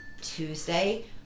Tuesday